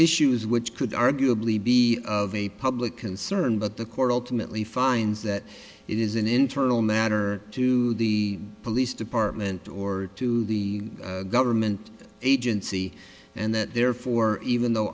issues which could arguably be of a public concern but the court ultimately finds that it is an internal matter to the police department or to the government agency and therefore even though